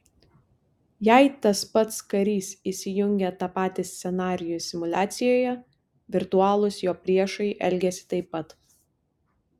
jei tas pats karys įsijungia tą patį scenarijų simuliacijoje virtualūs jo priešai elgiasi taip pat